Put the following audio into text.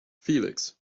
felix